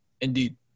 Indeed